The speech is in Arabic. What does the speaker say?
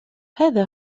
هذا